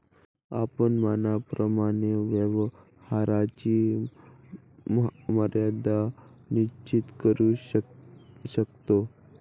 आपण मनाप्रमाणे व्यवहाराची मर्यादा निश्चित करू शकतो